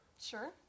Sure